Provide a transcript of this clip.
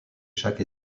chaque